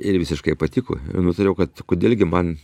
ir visiškai patiko nutariau kad kodėl gi man